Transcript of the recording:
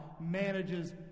manages